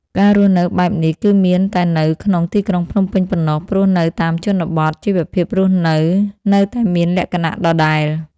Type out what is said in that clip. ការរស់នៅបែបនេះគឺមានតែនៅក្នុងទីក្រុងភ្នំពេញប៉ុណ្ណោះ ព្រោះនៅតាមជនបទជីវភាពរស់នៅនៅតែមានលក្ខណៈដដែល។